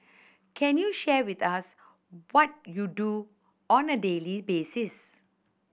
can you share with us what you do on a daily basis